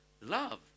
Love